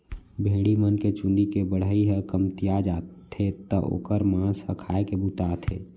भेड़ी मन के चूंदी के बढ़ई ह कमतिया जाथे त ओकर मांस ह खाए के बूता आथे